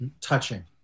touching